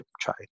try